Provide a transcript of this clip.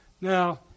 Now